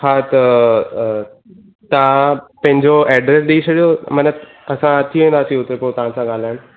हा त तव्हां पंहिंजो एड्रेस ॾेई छॾियो माना असां अची वेंदासी हुते पोइ तव्हांसां ॻाल्हाइणु